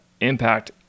impact